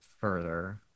further